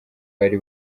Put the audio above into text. bari